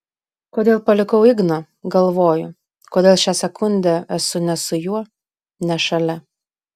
kodėl palikau igną galvoju kodėl šią sekundę esu ne su juo ne šalia